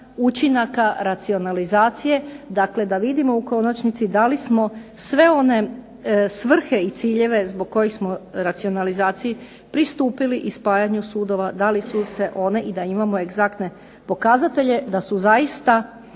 učinaka racionalizacije da vidimo u konačnici da li smo sve one svrhe i ciljeve zbog kojih smo racionalizaciji pristupili i spajanju sudova da li su se one i da imamo egzaktne pokazatelje da su zaista